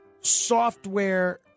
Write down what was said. software